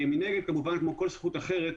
מנגד, כמובן, כמו כל זכות אחרת,